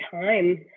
time